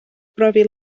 brofi